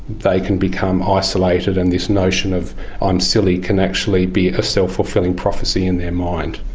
they can become ah isolated and this notion of i'm silly can actually be a self-fulfilling prophecy in their mind.